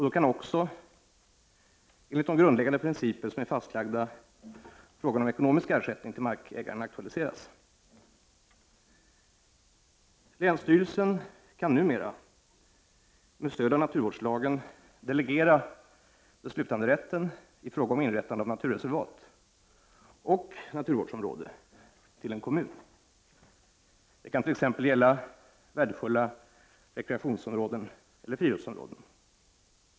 Då kan också enligt de grundläggande principer som är fastlagda frågan om ekonomisk ersättning till markägaren aktualiseras. Länsstyrelsen kan numera med stöd av naturvårdslagen delegera beslutanderätten i fråga om inrättande av naturreservat och naturvårdsområde till en kommun. Det kan t.ex. gälla värdefulla rekreationseller friluftsområden.